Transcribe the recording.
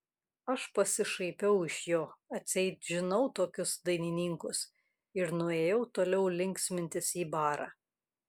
aš pasišaipiau iš jo atseit žinau tokius dainininkus ir nuėjau toliau linksmintis į barą